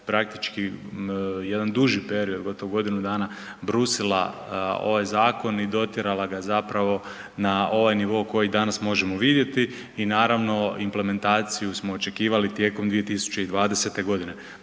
praktički jedan duži period, gotovo godinu dana, brusila ovaj zakon i dotjerala ga zapravo na ovaj nivo koji danas možemo vidjeti i naravno implementaciju smo očekivali tijekom 2020.g.